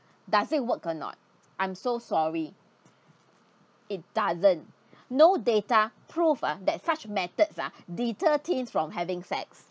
does it work or not I'm so sorry it doesn't no data proved ah that such methods ah deter it from having sex